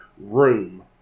room